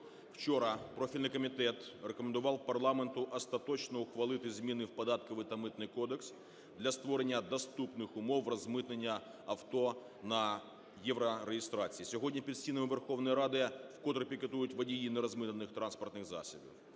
Вчора профільний комітет рекомендував парламенту остаточно ухвалити зміни в Податковий та Митний кодекси для створення доступних умов розмитнення авто на єврореєстрації. Сьогодні під стінами Верховної Ради вкотре пікетують водії нерозмитнених транспортних засобів.